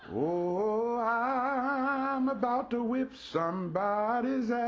oh, ah i'm about to whip somebody's